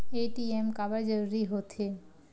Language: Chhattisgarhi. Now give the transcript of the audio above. ए.टी.एम काबर जरूरी हो थे?